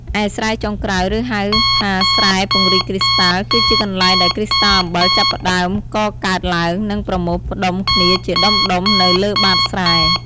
ឯស្រែចុងក្រោយ ឬហៅថាស្រែពង្រីកគ្រីស្តាល់ គឺជាកន្លែងដែលគ្រីស្តាល់អំបិលចាប់ផ្តើមកកើតឡើង និងប្រមូលផ្ដុំគ្នាជាដុំៗនៅលើបាតស្រែ។